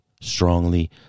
strongly